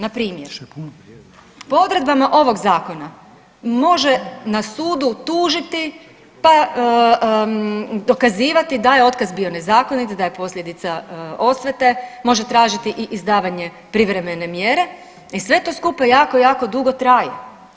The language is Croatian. Npr. po odredbama ovog zakona može na sudu tužiti, pa dokazivati da je otkaz bio nezakonit, da je posljedica osvete, može tražiti i izdavanje privremene mjere i sve to skupa jako jako dugo traje.